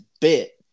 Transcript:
bit